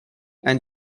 and